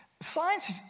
Science